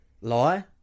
lie